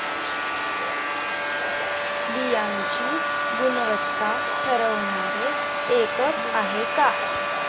बियाणांची गुणवत्ता ठरवणारे एकक आहे का?